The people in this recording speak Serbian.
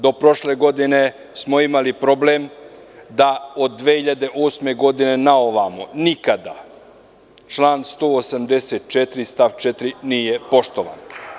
Do prošle godine smo imali problem da od 2008. godine na ovamo nikada član 184. stav 4. nije poštovan.